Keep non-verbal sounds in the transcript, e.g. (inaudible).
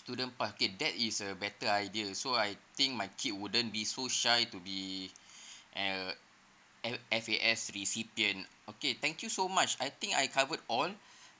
student package that is a better idea so I think my kid wouldn't be so shy to be (breath) uh F~ F_A_S reception okay thank you so much I think I covered all